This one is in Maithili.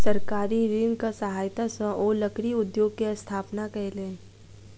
सरकारी ऋणक सहायता सॅ ओ लकड़ी उद्योग के स्थापना कयलैन